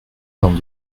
vingt